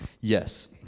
yes